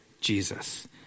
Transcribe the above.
Jesus